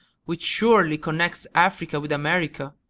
which surely connects africa with america,